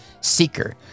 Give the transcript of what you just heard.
seeker